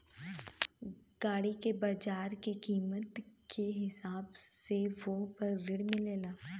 गाड़ी के बाजार के कीमत के हिसाब से वोह पर ऋण मिलेला